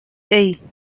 hey